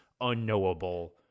unknowable